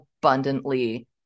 abundantly